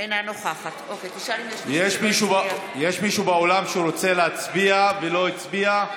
אינה נוכחת יש מישהו באולם שרוצה להצביע ולא הצביע?